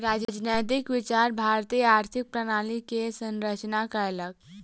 राजनैतिक विचार भारतीय आर्थिक प्रणाली के संरचना केलक